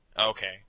Okay